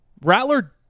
Rattler